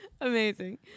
amazing